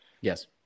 Yes